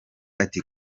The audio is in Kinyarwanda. ati